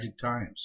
times